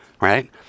right